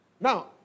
Now